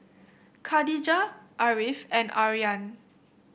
Khadija Ariff and Aryan